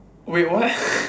wait what